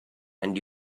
and